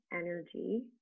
energy